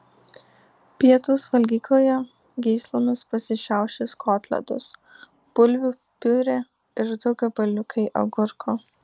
pietūs valgykloje gyslomis pasišiaušęs kotletas bulvių piurė ir du gabaliukai agurko